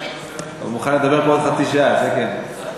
הוא מוכן לדבר פה עוד חצי שעה, זה כן.